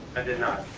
i did not.